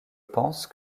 pense